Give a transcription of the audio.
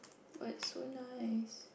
but it's so nice